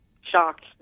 shocked